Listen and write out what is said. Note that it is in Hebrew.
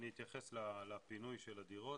אני אתייחס לפינוי של הדירות,